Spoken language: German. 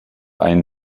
einen